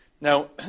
Now